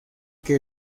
que